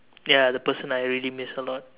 ya the person I really miss a lot